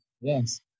Yes